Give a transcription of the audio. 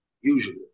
usually